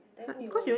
then who you go with